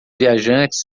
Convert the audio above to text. viajantes